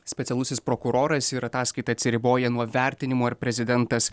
specialusis prokuroras ir ataskaita atsiriboja nuo vertinimų ar prezidentas